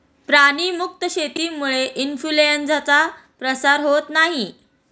प्राणी मुक्त शेतीमुळे इन्फ्लूएन्झाचा प्रसार होत नाही